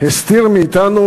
הסתיר מאתנו